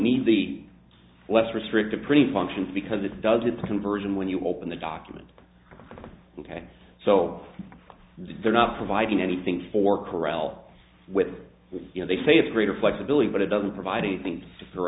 mean the less restrictive pretty functions because it does it for some version when you open the document ok so they're not providing anything for chorale with you know they say it's greater flexibility but it doesn't provide anything